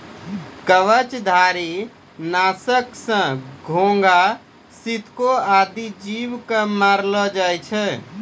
कवचधारी? नासक सँ घोघा, सितको आदि जीव क मारलो जाय छै